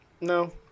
No